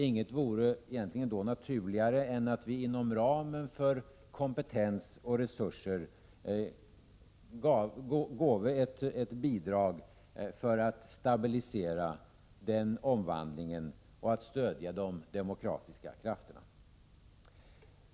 Inget vore då egentligen naturligare än att vi inom ramen för kompetens och resurser gåve ett bidrag för att stabilisera den omvandlingen och stödja de demokratiska krafterna.